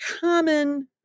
common